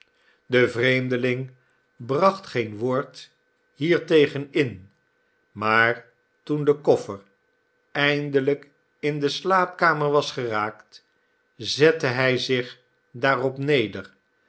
de vreemdeling bracht geen woord hiertegen in maar toen de koffer eindelijk in de slaapkamer was geraakt zette hij zich daarop neder